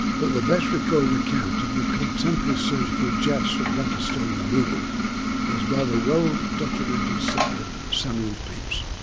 but the best recorded account of the contemporary surgical joust for bladder stone removal was by the well documented sufferer samuel pepys.